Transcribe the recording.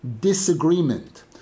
disagreement